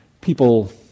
people